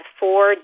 four